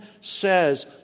says